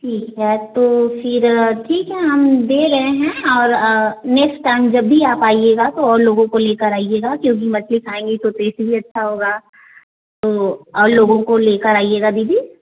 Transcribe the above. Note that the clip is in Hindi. ठीक है तो फिर ठीक है हम दे रहे हैं और नेक्स्ट टाइम जब भी आप आइएगा तो और लोगों को लेकर आइएगा क्योंकि मछली खाएँगे तो टेस्ट भी अच्छा होगा तो और लोगों को लेकर आइएगा दीदी